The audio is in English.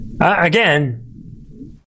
Again